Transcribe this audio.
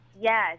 yes